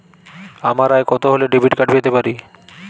আমার আয় কত হলে ডেবিট কার্ড পেতে পারি?